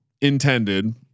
intended